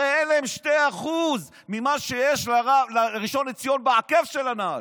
הרי אין להם 2% ממה שיש לראשון לציון בעקב של הנעל.